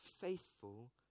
faithful